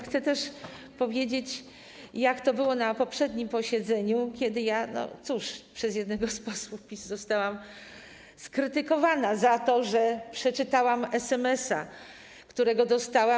Chcę też powiedzieć, jak było na poprzednim posiedzeniu, kiedy ja, no cóż, przez jednego z posłów PiS zostałam skrytykowana za to, że przeczytałam SMS, którego dostałam.